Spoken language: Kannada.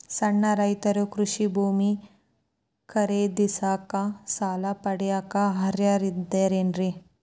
ಸಣ್ಣ ರೈತರು ಕೃಷಿ ಭೂಮಿ ಖರೇದಿಸಾಕ, ಸಾಲ ಪಡಿಯಾಕ ಅರ್ಹರಿದ್ದಾರೇನ್ರಿ?